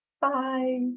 Bye